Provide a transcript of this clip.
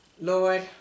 Lord